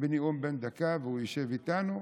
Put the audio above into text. בנאום בן דקה, והוא יושב איתנו,